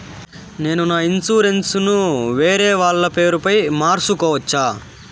నేను నా ఇన్సూరెన్సు ను వేరేవాళ్ల పేరుపై మార్సుకోవచ్చా?